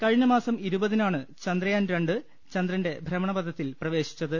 കഴിഞ്ഞമാസം ഇരുപതിനാണ് ചന്ദ്ര യാൻ രണ്ട് ചന്ദ്രന്റെ ഭ്രമണപഥത്തിൽ പ്രവേശിച്ചത്